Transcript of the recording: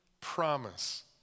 promise